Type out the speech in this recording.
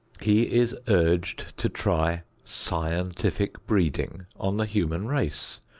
he is urged to try scientific breeding on the human race.